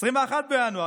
21 בינואר,